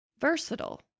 versatile